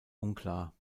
unklar